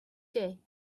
day